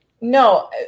no